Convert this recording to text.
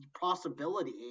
possibility